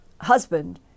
husband